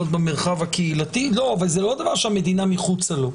במרחב הקהילתי אבל זה דבר שהמדינה מחוצה לו.